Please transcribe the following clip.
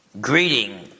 greeting